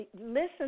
listen